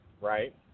right